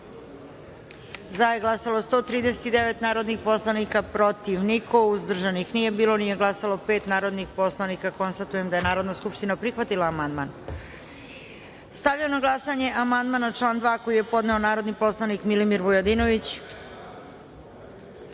Za je glasalo 139 narodnih poslanika, protiv – niko, uzdržanih – nije bilo, nije glasalo pet narodnih poslanika. Konstatujem da je Narodna skupština prihvatila amandman. Stavljam na glasanje amandman na član 2. koji je podneo narodni poslanik Milimir